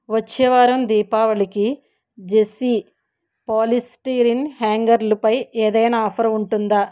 వచ్చే వారం దీపావళికి జెస్సి పాలిస్టిరిన్ హ్యాంగరులుపై ఏదైనా ఆఫర్ ఉంటుందా